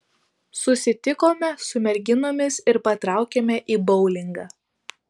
susitikome su merginomis ir patraukėme į boulingą